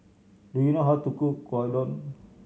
do you know how to cook Gyudon